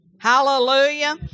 Hallelujah